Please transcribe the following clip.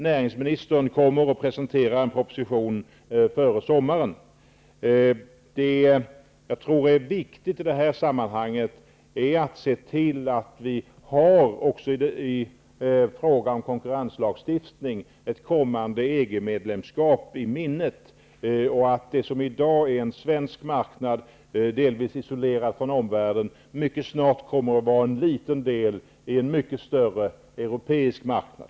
Näringsministern kommer att presentera en proposition före sommaren. Jag tror att det är viktigt att i det här sammanhanget se till att också i fråga om konkurrenslagstiftning ha ett kommande EG-medlemskap i minnet. Det som i dag är en svensk marknad, delvis isolerad från omvärlden, kommer mycket snart att vara en liten del i en mycket större europeisk marknad.